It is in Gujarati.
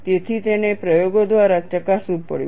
તેથી તેને પ્રયોગો દ્વારા ચકાસવું પડ્યું